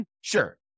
Sure